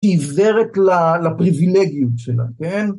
עיוורת לפריבילגיות שלה, כן?